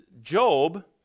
Job